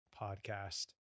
podcast